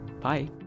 Bye